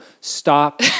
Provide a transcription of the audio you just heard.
stop